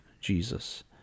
Jesus